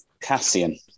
Cassian